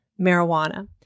marijuana